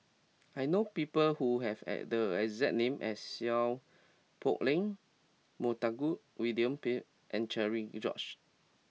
I know people who have at the exact name as Seow Poh Leng Montague William Pett and Cherian George